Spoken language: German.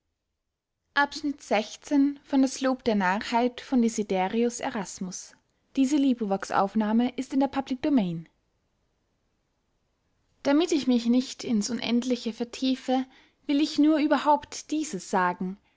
damit ich mich nicht ins unendliche vertiefe will ich nur überhaupt dieses sagen